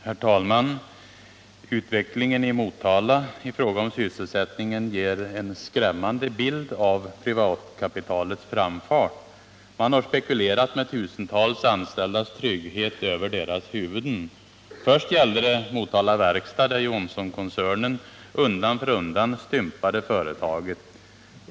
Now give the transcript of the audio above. Herr talman! Utvecklingen i Motala i fråga om sysselsättningen ger en skrämmande bild av privatkapitalets framfart. Man har spelat med tusentals anställdas trygghet över deras huvuden. Först gällde det Motala Verkstad, där Johnsonkoncernen undan för undan stympade företaget.